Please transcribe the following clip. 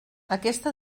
aquesta